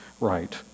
right